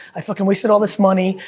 i fucking wasted all this money,